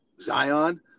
Zion